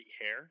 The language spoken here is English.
hair